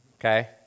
Okay